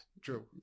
True